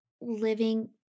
living